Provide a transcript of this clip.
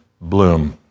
bloom